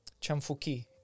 Chamfuki